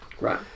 Right